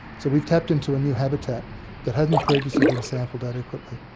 so we've tapped into a new habitat that hadn't previously been sampled adequately.